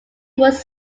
was